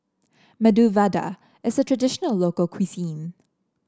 Medu Vada is a traditional local cuisine